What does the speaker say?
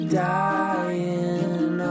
dying